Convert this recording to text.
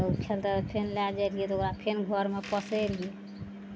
खेलतइ फेन लए जाइ रहियै तऽ ओकरा फेन घरमे पोसय रहियइ